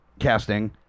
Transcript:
casting